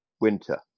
winter